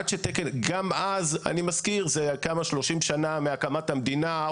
גם אז, אני מזכיר, זה 30 שנה מהקמת המדינה.